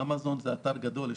אמזון הוא אתר גדול.